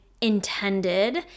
intended